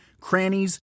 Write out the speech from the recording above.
crannies